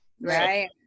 Right